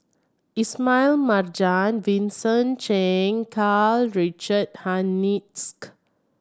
Ismail Marjan Vincent Cheng Karl Richard Hanitsch